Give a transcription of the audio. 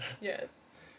Yes